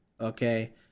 Okay